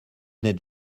n’êtes